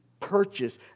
purchase